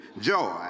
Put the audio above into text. joy